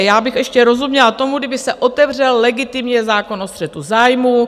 Já bych ještě rozuměla tomu, kdyby se otevřel legitimně zákon o střetu zájmů.